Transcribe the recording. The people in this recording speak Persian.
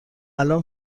الان